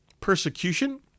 Persecution